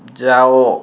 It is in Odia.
ଯାଅ